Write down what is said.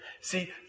See